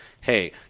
hey